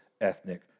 ethnic